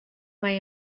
mae